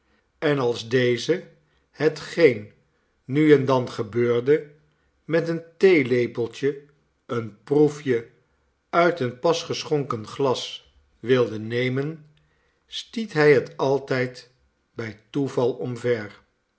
en als deze hetgeen nuendan gebeurde met een theelepeltje een proefje uit een pas geschonken glas wilde nemen stiet hij het altijd hij toeval omver